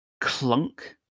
clunk